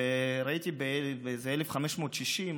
וראיתי שב-1560,